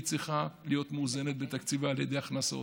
היא צריכה להיות מאוזנת בתקציבה על ידי הכנסות.